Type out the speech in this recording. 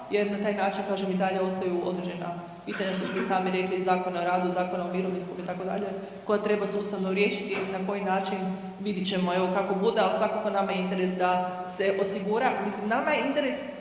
jer na taj način i dalje ostaju određena pitanja što ste i sami rekli Zakona o radu, Zakona o mirovinskom itd., koja treba sustavno riješiti. Na koji način? Vidjet ćemo evo kako bude, ali svakako nam je interes da se osigura. Mislim nama je interes